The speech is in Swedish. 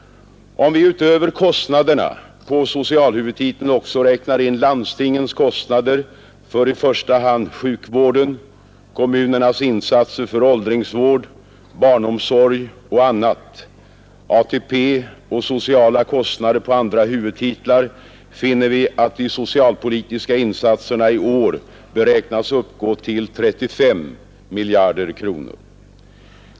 Om vi utöver kostnaderna på socialhuvudtiteln också räknar in landstingens kostnader för i första hand sjukvården, kommunernas insatser för åldringsvård, barnomsorg och annat, ATP och sociala kostnader på andra huvudtitlar, finner vi att de socialpolitiska insatserna i år beräknas uppgå till 35 miljarder kronor.